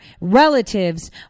relatives